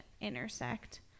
intersect